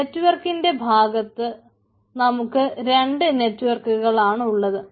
നെറ്റ്വർക്കിന്റെ ഭാഗത്ത് നമുക്ക് രണ്ട് നെറ്റ്വർക്കുകളാണ് ഉള്ളത്